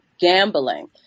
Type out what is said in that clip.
gambling